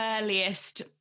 earliest